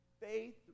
faith